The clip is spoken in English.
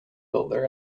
builder